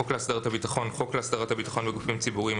"חוק להסדרת הביטחון" חוק להסדרת הביטחון בגופים ציבוריים,